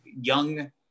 young